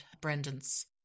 Brendan's